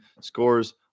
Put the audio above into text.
scores